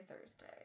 Thursday